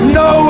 no